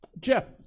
Jeff